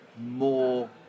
more